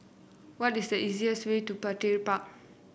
what the easiest way to Petir Park